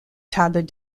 tables